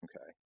Okay